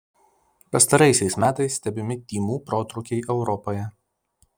pastaraisiais metais stebimi tymų protrūkiai europoje